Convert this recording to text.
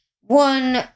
One